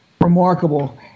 remarkable